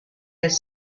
has